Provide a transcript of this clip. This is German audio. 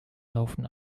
laufen